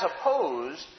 opposed